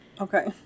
Okay